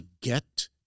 get